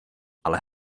ale